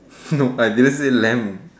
nope I didn't say lamb